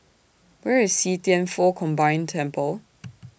Where IS See Thian Foh Combined Temple